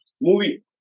movie